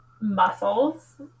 Muscles